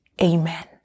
amen